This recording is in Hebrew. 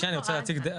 רגע, אני רוצה להציג דעה.